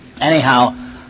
Anyhow